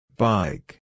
Bike